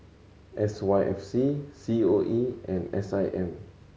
S Y F C C O E and S I M